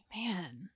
Man